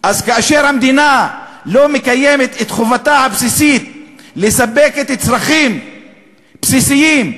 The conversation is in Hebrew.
אז כאשר המדינה לא מקיימת את חובתה הבסיסית לספק את הצרכים הבסיסיים,